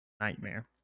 nightmare